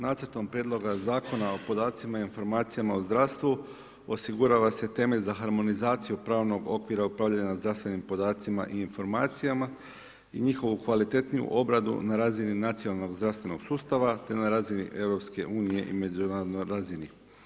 Nacrtom prijedloga Zakona o podacima i informacijama o zdravstvu osigurala se temelj za harmonizaciju pravnog okvira upravljanja zdravstvenim podacima i informacijama i njihovu kvalitetniju obradu na razini nacionalnog zdravstvenog sustava te na razini Europske unije i međunarodnoj razini.